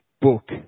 book